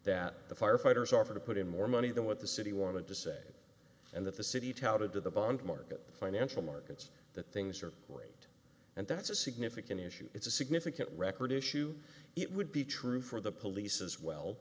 that the firefighters offered to put in more money than what the city wanted to say and that the city touted to the bond market financial markets that things are great and that's a significant issue it's a significant record issue it would be true for the police as well